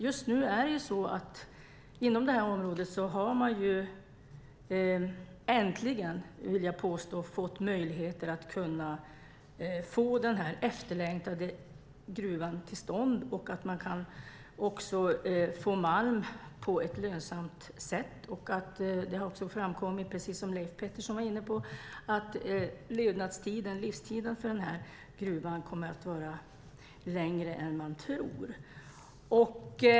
Just nu är det inom det här området så att man äntligen, vill jag påstå, har fått möjligheter att få denna efterlängtade gruva till stånd och kan få malm på ett lönsamt sätt. Det har också framkommit, precis som Leif Pettersson var inne på, att livstiden för denna gruva kommer att vara längre än man tror.